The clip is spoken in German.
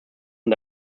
und